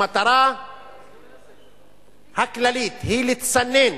המטרה הכללית היא לצנן